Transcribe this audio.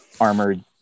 armored